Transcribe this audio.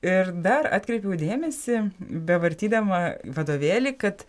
ir dar atkreipiau dėmesį bevartydama vadovėlį kad